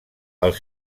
els